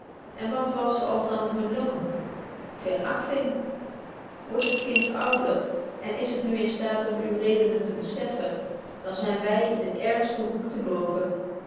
en wat was alsdan hun loon veragting wordt het kind ouder en is het nu in staat om uwe redenen te bezeffen dan zyn wy den ergsten hoek te boven